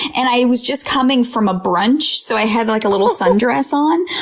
and i was just coming from a brunch, so i had like a little sundress on.